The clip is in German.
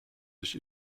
sich